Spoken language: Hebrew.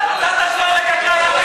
למה אתה לא מוציא אותו?